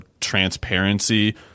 transparency